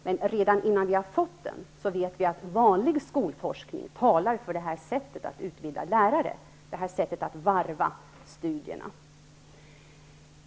Men redan innan vi har fått den, vet vi att vanlig skolforskning talar för detta sätt att utbilda lärare, dvs. att varva studierna.